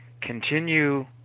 continue